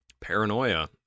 paranoia